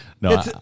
No